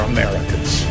Americans